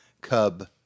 Cub